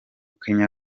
kanye